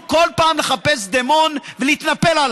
תתאפקי.